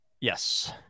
Yes